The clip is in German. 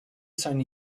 seine